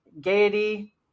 gaiety